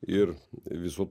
ir visų